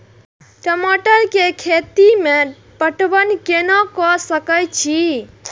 टमाटर कै खैती में पटवन कैना क सके छी?